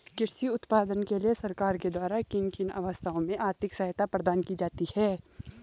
कृषि उत्पादन के लिए सरकार के द्वारा किन किन अवस्थाओं में आर्थिक सहायता प्रदान की जाती है?